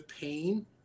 pain